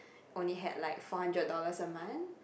only had like four hundred dollars a month